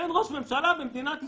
אין ראש ממשלה במדינת ישראל.